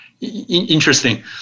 Interesting